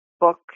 book